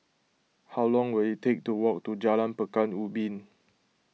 how long will it take to walk to Jalan Pekan Ubin